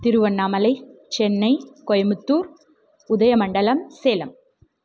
Tiruvannamalai Chennai Coimbatore Udhagamandalam Salem